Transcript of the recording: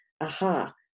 aha